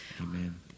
Amen